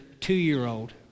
two-year-old